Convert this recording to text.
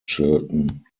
chilton